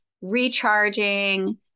recharging